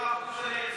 אחוז זה לייצוא.